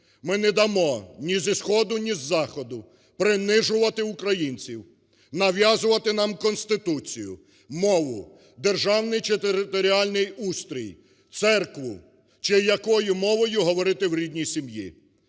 Ми не дамо ні зі Сходу, ні з Заходу принижувати українців, нав'язувати нам Конституцію, мову, державний чи територіальний устрій, церкву чи якою мовою говорити в рідній сім'ї.